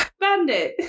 bandit